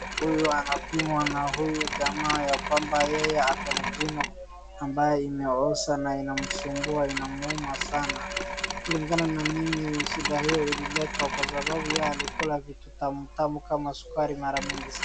Huyu anapimwa na huyu jamaa ya kwamba yeye akona jino ambayo imeoza na inamsubua, inamuuma sana. Kulingana na mimi shida hio ililetwa kwa sababu yeye alikula vitu tamutamu kama sukari mara mingi sana.